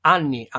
anni